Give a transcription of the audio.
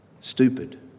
stupid